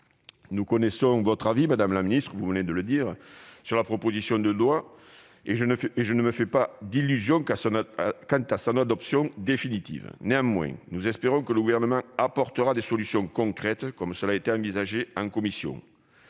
Nous connaissons votre position, madame la ministre, sur la proposition de loi, et je ne me fais pas d'illusions quant à son adoption définitive. Néanmoins, nous espérons que le Gouvernement apportera des solutions concrètes, comme cela a été envisagé en commission.